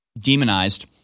demonized